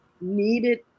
needed